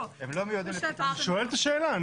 לא --- אני שואל את השאלה.